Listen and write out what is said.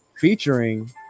featuring